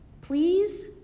please